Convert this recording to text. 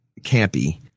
campy